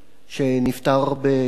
שנפטר בשבת.